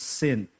sin